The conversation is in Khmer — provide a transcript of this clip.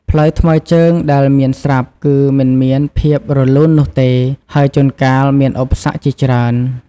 ផ្លូវថ្មើរជើងដែលមានស្រាប់ គឺមិនមានភាពរលូននោះទេ ហើយជួនកាលមានឧបសគ្គជាច្រើន។